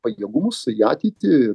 pajėgumus į ateitį